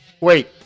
Wait